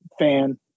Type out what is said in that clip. fan